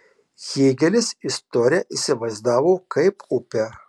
hėgelis istoriją įsivaizdavo kaip upę